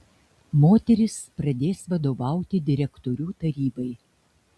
moteris pradės vadovauti direktorių tarybai